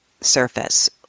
surface